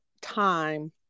time